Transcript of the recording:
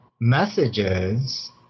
messages